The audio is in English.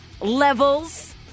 Levels